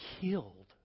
killed